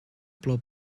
plou